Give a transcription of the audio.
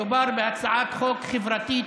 מדובר בהצעת חוק חברתית